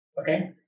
Okay